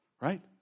Right